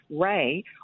Ray